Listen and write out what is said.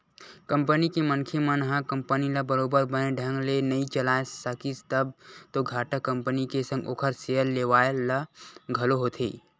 company के मनखे मन ह कंपनी ल बरोबर बने ढंग ले नइ चलाय सकिस तब तो घाटा कंपनी के संग ओखर सेयर लेवाल ल घलो होथे